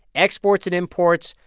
exports and imports,